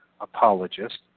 apologist